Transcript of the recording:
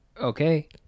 okay